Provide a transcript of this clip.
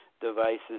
devices